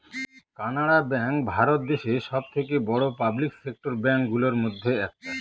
Canara bank Bharat দেশে সব থেকে বড়ো পাবলিক সেক্টর ব্যাঙ্ক গুলোর মধ্যে একটা